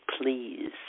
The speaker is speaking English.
please